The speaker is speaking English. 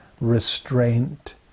restraint